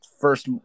first